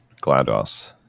GLaDOS